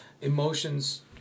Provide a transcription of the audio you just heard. emotions